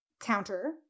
counter